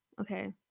okay